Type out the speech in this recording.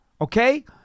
Okay